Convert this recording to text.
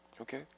Okay